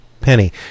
penny